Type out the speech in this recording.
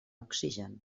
oxigen